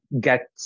get